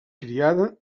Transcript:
criada